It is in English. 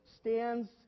stands